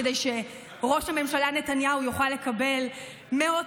כדי שראש הממשלה נתניהו יוכל לקבל מאות